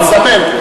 לזמן.